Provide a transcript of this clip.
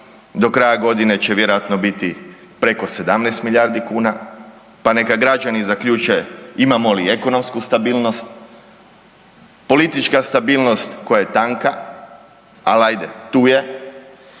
do kraja godine će vjerojatno biti preko 17 milijuna kuna, pa neka građani zaključe imamo li ekonomsku stabilnost. Politička stabilnost koja je tanka, ali ajde, tu je